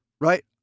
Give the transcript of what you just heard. right